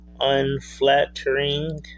unflattering